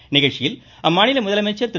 இந்நிகழ்ச்சியில் அம்மாநில முதலமைச்சர் திரு